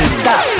stop